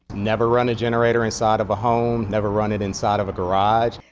never run a generator inside of a home. never run it inside of a garage.